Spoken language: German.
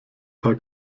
paar